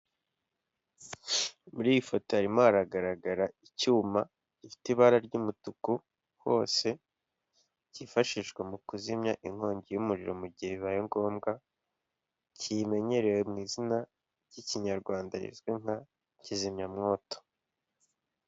Muri iyi foto harimo haragaragara icyuma gifite ibara ry'umutuku hose kifashishwa mu kuzimya inkongi y'umuriro mugihe bibaye ngombwa kimenyerewe mu izina ry'ikinyarwanda rizwi nka kizimyamwoto.